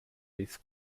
his